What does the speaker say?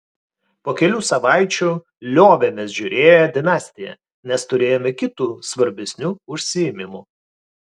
po kelių savaičių liovėmės žiūrėję dinastiją nes turėjome kitų svarbesnių užsiėmimų